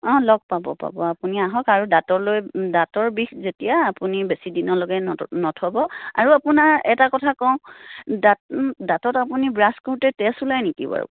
অঁ লগ পাব পাব আপুনি আহক আৰু দাঁতৰলৈ দাঁতৰ বিষ যেতিয়া আপুনি বেছি দিনলৈকে নথ নথ'ব আৰু আপোনাৰ এটা কথা কওঁ দাঁত দাঁতত আপুনি ব্ৰাছ কৰোঁতে তেজ ওলাই নেকি বাৰু